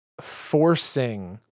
forcing